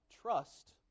trust